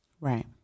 Right